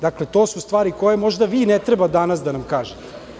Dakle, to su stvari koje možda vi ne treba danas da nam kažete.